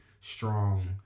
strong